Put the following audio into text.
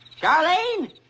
Charlene